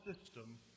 system